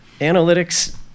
Analytics